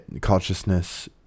consciousness